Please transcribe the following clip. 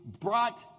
brought